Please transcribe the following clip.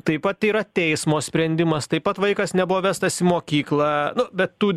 taip pat yra teismo sprendimas taip pat vaikas nebuvo vestas į mokyklą nu bet tų